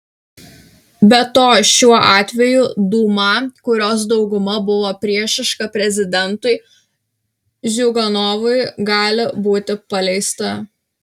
be to ir šiuo atveju dūma kurios dauguma bus priešiška prezidentui ziuganovui gali būti paleista